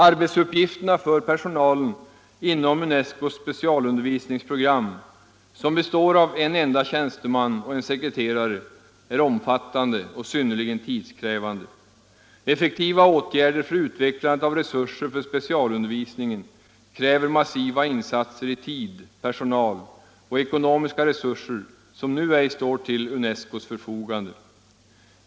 Arbetsuppgifterna för personalen inom UNESCO:s specialundervisningsprogram, som består av en enda tjänsteman och en sekreterare, är omfattande och synnerligen tidskrävande. Effektiva åtgärder för utvecklandet av resurser för specialundervisning kräver massiva insatser i tid, personal och ekonomiska resurser som nu ej står till UNESCO:s förfogande.